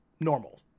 normal